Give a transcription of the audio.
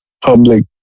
public